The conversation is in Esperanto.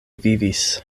vivis